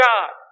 God